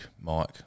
Mike